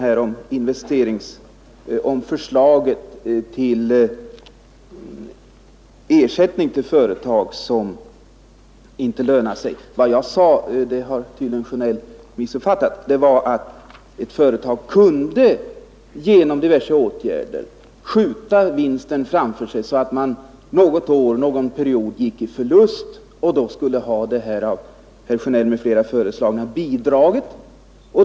Herr Sjönell har tydligen missuppfattat vad jag sade. Jag sade att ett företag genom diverse åtgärder kunde skjuta vinsten framför sig, så att det någon period gick med förlust och då skulle få det av herr Sjönell föreslagna bidraget.